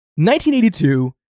1982